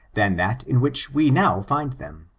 than that in which we now find them.